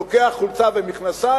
לוקח חולצה ומכנסיים,